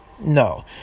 No